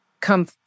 come